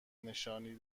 نشانی